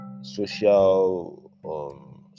social